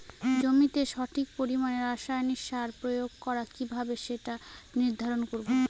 জমিতে সঠিক পরিমাণে রাসায়নিক সার প্রয়োগ করা কিভাবে সেটা নির্ধারণ করব?